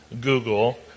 Google